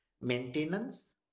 Maintenance